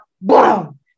Boom